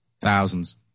Thousands